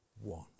one